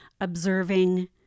observing